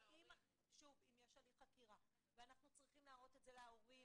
אם יש הליך חקירה ואנחנו צריכים להראות להורים